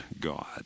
God